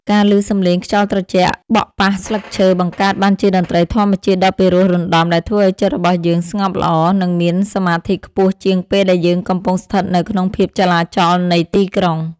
ការឮសំឡេងខ្យល់ត្រជាក់បក់ប៉ះស្លឹកឈើបង្កើតបានជាតន្ត្រីធម្មជាតិដ៏ពិរោះរណ្ដំដែលធ្វើឱ្យចិត្តរបស់យើងស្ងប់ល្អ និង មានសមាធិខ្ពស់ជាងពេលដែលយើងកំពុងស្ថិតនៅក្នុងភាពចលាចលនៃទីក្រុង។